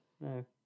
no